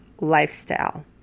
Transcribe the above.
lifestyle